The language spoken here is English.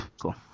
Cool